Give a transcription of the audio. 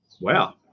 Wow